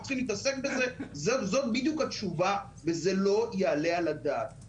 זאת בדיוק התשובה וזה לא יעלה על הדעת.